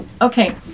okay